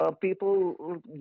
people